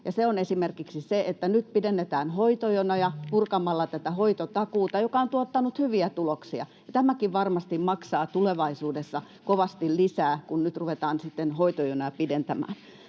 esimerkiksi sen, että nyt pidennetään hoitojonoja purkamalla tätä hoitotakuuta, joka on tuottanut hyviä tuloksia. Tämäkin varmasti maksaa tulevaisuudessa kovasti lisää, kun nyt ruvetaan sitten hoitojonoja pidentämään.